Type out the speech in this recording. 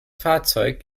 fahrzeug